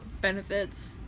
benefits